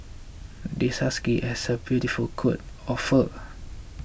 this husky has a beautiful coat of fur